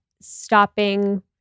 stopping